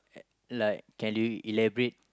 like can you elaborate